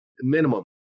minimum